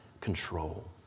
control